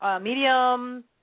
medium